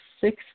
six